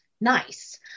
nice